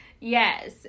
Yes